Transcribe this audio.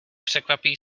překvapí